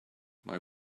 mae